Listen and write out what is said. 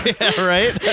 right